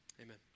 amen